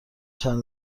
چند